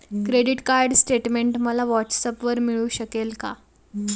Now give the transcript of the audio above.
Credit card statement मला व्हॉट्सऍपवर मिळू शकेल का?